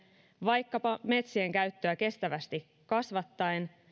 vaikkapa metsien käyttöä kestävästi kasvattaen